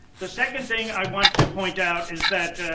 the second thing i want to point out is that,